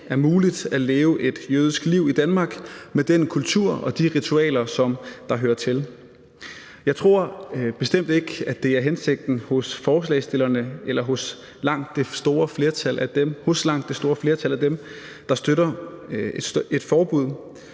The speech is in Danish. er muligt at leve et jødisk liv i Danmark med den kultur og de ritualer, som der hører til. Jeg tror bestemt ikke, at det er hensigten hos forslagsstillerne eller hos langt det største flertal af dem, der støtter et forbud,